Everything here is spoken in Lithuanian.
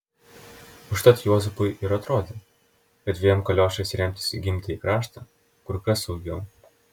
užtat juozapui ir atrodė kad dviem kaliošais remtis į gimtąjį kraštą kur kas saugiau